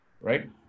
right